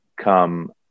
come